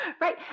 Right